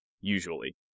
usually